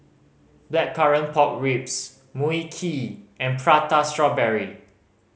Blackcurrant Pork Ribs Mui Kee and Prata Strawberry